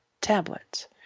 tablets